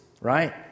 Right